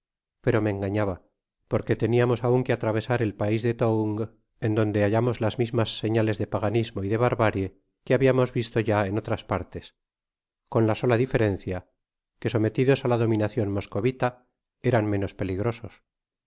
pero me engañaba porque temamos aun que atravesar el pais de toung en donde hallamos las mismas señales de paganismo y de barbarie que habiamos visto ya en oiras partes con la sola diferencia que sometidos á la dominacion moscovita eran menos peligrosos